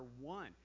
one